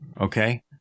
okay